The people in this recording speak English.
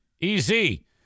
Easy